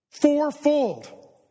Fourfold